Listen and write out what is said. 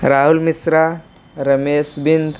Rahul Mishra Ramesh Bind